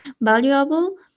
valuable